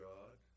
God